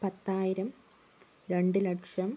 പത്തായിരം രണ്ട് ലക്ഷം